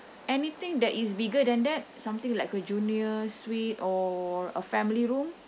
anything that is bigger than that something like a junior suite or a family room